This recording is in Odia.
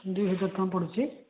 ଦୁଇହଜାର ଟଙ୍କା ପଡ଼ୁଛି